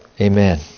Amen